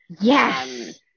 Yes